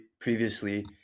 previously